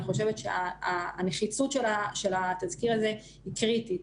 אני חושבת שהנחיצות של התזכיר הזה היא קריטית.